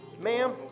Ma'am